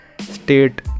state